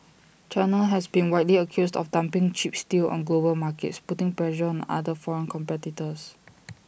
China has been widely accused of dumping cheap steel on global markets putting pressure on other foreign competitors